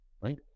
Right